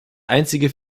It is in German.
einzige